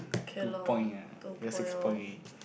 two point ah your six point already